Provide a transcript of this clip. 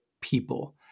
people